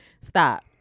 stop